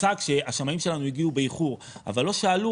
הוצג שהשמאים שלנו הגיעו באיחור אבל לא שאלו